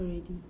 already